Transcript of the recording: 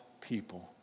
people